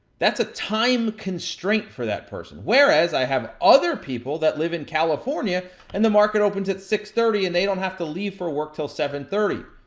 that's a time constraint for that person. whereas, i have other people that live in california and the market opens at six thirty, and they don't have to leave for work until seven thirty.